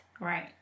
Right